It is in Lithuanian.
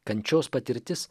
kančios patirtis